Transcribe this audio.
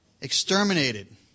exterminated